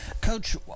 coach